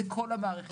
זה כל המערכת,